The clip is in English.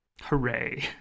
Hooray